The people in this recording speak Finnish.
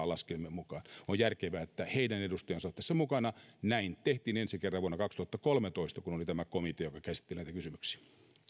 telan laskelmien mukaan on järkevää että heidän edustajansa ovat tässä mukana näin tehtiin ensi kerran vuonna kaksituhattakolmetoista kun oli tämä komitea joka käsitteli näitä kysymyksiä